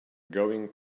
going